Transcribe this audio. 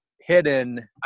hidden